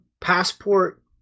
passport